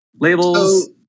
Labels